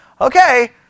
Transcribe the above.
Okay